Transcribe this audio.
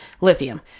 Lithium